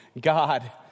God